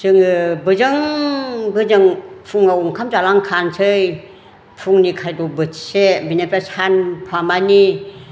जोङो बोजों बोजों फुङाव ओंखाम जालां खानोसै फुंनि खायद' बोथिसे बेनिफ्राय सानफामानि